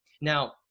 Now